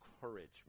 courage